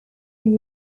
you